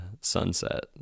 sunset